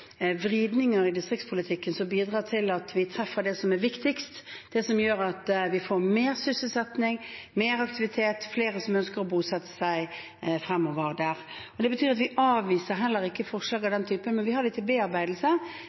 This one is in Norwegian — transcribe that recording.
treffer det som er viktigst, det som gjør at vi får mer sysselsetting, mer aktivitet og flere som ønsker å bosette seg der fremover. Det betyr at vi avviser heller ikke forslag av den typen, men vi har dem til bearbeidelse